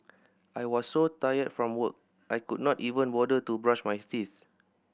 I was so tired from work I could not even bother to brush my teeth